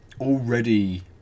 already